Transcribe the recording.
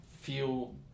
feel